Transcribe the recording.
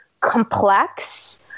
complex